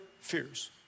fears